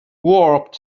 warped